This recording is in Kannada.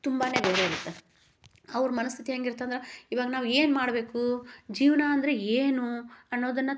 ತುಂಬಾನೆ ಬೇರೆ ಇರುತ್ತೆ ಅವ್ರ ಮನಸ್ಥಿತಿ ಹೇಗಿರತ್ತಂದ್ರೆ ಇವಾಗ ನಾವು ಏನು ಮಾಡಬೇಕು ಜೀವನ ಅಂದರೆ ಏನು ಅನ್ನೋದನ್ನು